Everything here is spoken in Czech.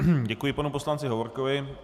Děkuji panu poslanci Hovorkovi.